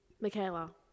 Michaela